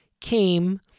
came